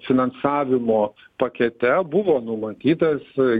finansavimo pakete buvo numatytas